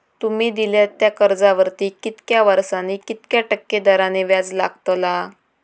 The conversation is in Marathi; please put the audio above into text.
तुमि दिल्यात त्या कर्जावरती कितक्या वर्सानी कितक्या टक्के दराने व्याज लागतला?